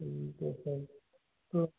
ठीक है सर तो